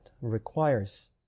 requires